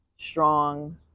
Strong